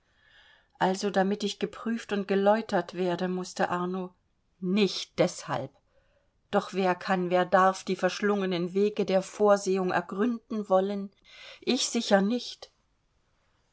also damit ich geprüft und geläutert werde mußte arno nicht deshalb doch wer kann wer darf die verschlungenen wege der vorsehung ergründen wollen ich sicher nicht